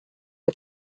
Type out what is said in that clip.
get